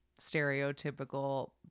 stereotypical